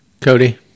Cody